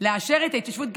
לאשר את ההתיישבות,